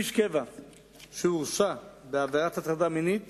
איש קבע שהורשע בעבירת הטרדה מינית